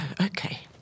okay